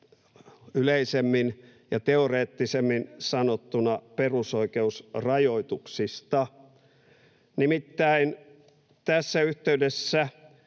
yleisemmin ja teoreettisemmin sanottuna perusoikeusrajoituksista. Nimittäin tässä yhteydessä